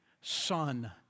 Son